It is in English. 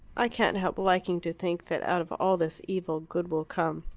i can't help liking to think that out of all this evil good will come.